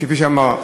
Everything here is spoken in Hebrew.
כפי שנאמר.